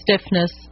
stiffness